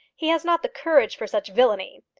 he has not the courage for such villainy.